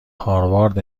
هاروارد